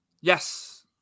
Yes